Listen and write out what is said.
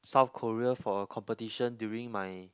South Korea for a competition during my